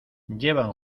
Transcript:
llevan